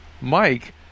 Mike